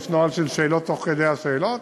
יש נוהל של שאלות תוך כדי השאלות?